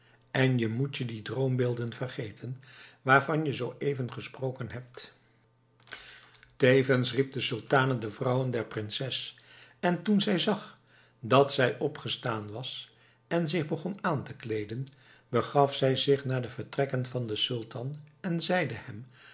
en je moet die droombeelden vergeten waarvan je zooëven gesproken hebt tevens riep de sultane de vrouwen der prinses en toen zij zag dat zij opgestaan was en zich begon aan te kleeden begaf zij zich naar de vertrekken van den sultan en zeide hem